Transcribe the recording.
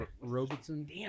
Robinson